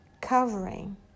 covering